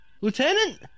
Lieutenant